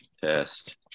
test